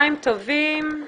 צהריים טובים,